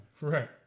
Right